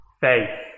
Faith